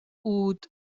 دود